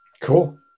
Cool